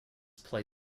play